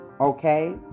Okay